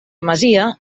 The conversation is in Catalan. masia